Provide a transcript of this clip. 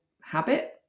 habit